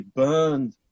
burned